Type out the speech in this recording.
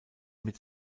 mit